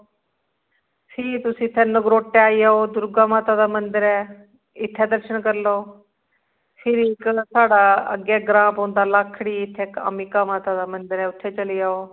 ठीक तुस नगरोटै आई जाओ उद्धर दुर्गा माता दा मंदर ऐ इत्थै दर्शन करी लैओ फिर अग्गें साढ़ा ग्रांऽ पौंदा लाखड़ी इत्थै अम्बिका माता दा मंदर ऐ उत्थै चली जाओ